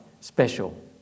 Special